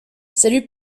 salut